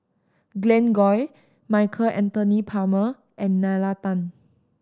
Glen Goei Michael Anthony Palmer and Nalla Tan